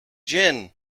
gin